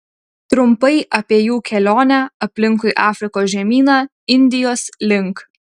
trumpai apie jų kelionę aplinkui afrikos žemyną indijos link